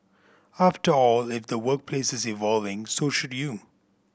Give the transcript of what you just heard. after all if the workplace is evolving so should you